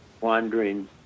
wandering